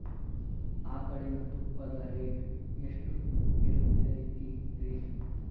ಆಕಳಿನ ತುಪ್ಪದ ರೇಟ್ ಎಷ್ಟು ಇರತೇತಿ ರಿ?